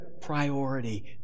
priority